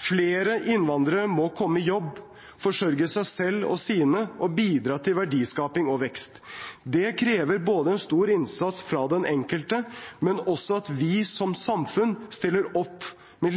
Flere innvandrere må komme i jobb, forsørge seg selv og sine og bidra til verdiskaping og vekst. Det krever en stor innsats fra den enkelte, men også at vi som samfunn stiller opp med